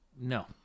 No